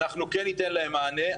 אנחנו כן ניתן להם מענה.